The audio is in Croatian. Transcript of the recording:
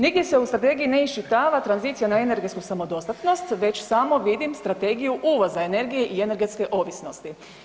Nigdje se u Strategiji ne iščitava tranzicija na energetsku samodostatnost već samo vidim strategiju uvoza energije i energetske ovisnosti.